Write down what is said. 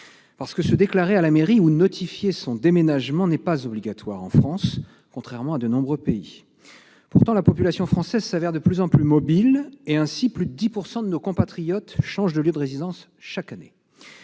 Parce que se déclarer à la mairie ou notifier son déménagement n'est pas obligatoire en France, contrairement à de nombreux pays. Pourtant, la population française s'avère de plus en plus mobile. Ainsi, plus de 10 % de nos compatriotes changent de lieu de résidence chaque année.